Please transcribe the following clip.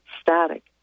static